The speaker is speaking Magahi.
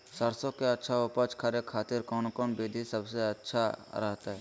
सरसों के अच्छा उपज करे खातिर कौन कौन विधि सबसे अच्छा रहतय?